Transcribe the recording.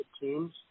teams